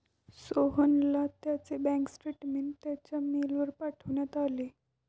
सोहनला त्याचे bank statement त्याच्या मेलवर पाठवण्यात आले